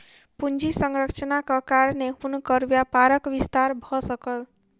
पूंजी संरचनाक कारणेँ हुनकर व्यापारक विस्तार भ सकल